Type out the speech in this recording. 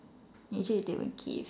usually they will give